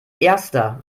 erster